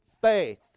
faith